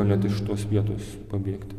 net iš tos vietos pabėgti